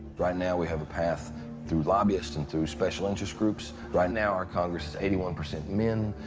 right now we have a path through lobbyists and through special interest groups. right now our congress is eighty one percent men,